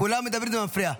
כולם מדברים, זה מפריע,